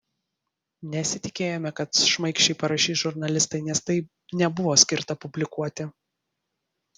nesitikėjome kad šmaikščiai parašys žurnalistai nes tai nebuvo skirta publikuoti